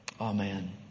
amen